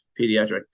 pediatric